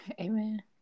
Amen